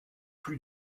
plus